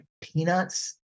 Peanuts